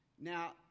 Now